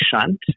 shunt